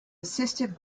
assisted